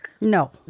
no